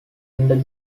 under